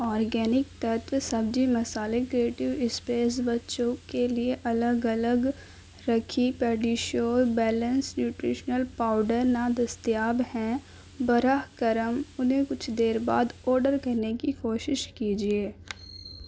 organic تتو سبزی مسالے کریئٹو اسپیس بچوں کے لیے الگ الگ رکھی پیڈیشیور بیلنس نیوٹریشنل پاؤڈر نادستیاب ہیں براہ کرم انہیں کچھ دیر بعد آڈر کرنے کی کوشش کیجیے